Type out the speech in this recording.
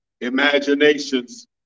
imaginations